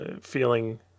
feeling